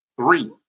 Three